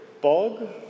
bog